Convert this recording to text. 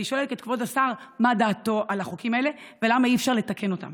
אני שואלת את כבוד השר מה דעתו על החוקים האלה ולמה אי-אפשר לתקן אותם.